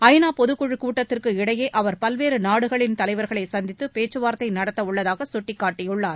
ஐ நா பொதுக்குழுக் கூட்டத்திற்கு இடையே அவர் பல்வேறு நாடுகளின் தலைவர்களை சந்தித்து பேச்சுவார்த்தை நடத்தவுள்ளதாக சுட்டிக்காட்டியுள்ளார்